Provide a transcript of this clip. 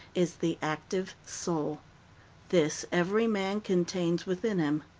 is the active soul this every man contains within him.